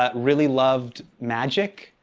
ah really loved magic.